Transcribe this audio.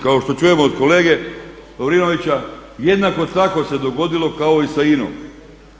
Kao što čujemo od kolege Lovrinovića jednako tako se dogodilo kao i sa INA-om.